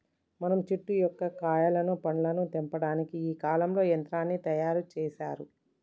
మనం చెట్టు యొక్క కాయలను పండ్లను తెంపటానికి ఈ కాలంలో యంత్రాన్ని తయారు సేసారు